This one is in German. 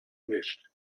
nicht